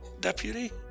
deputy